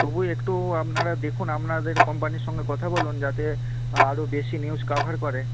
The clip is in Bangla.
তবু একটু আপনারা দেখুন আপনাদের কোম্পানির সঙ্গে কথা বলুন যাতে আরও বেশি নিউজ কভার করে